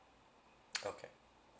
okay